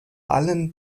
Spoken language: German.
allem